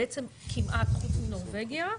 בעצם כמעט חוץ מנורבגיה,